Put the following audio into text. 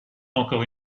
encore